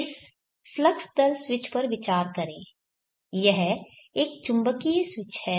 इस फ्लक्स दर स्विच पर विचार करें यह एक चुंबकीय स्विच है